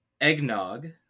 eggnog